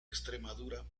extremadura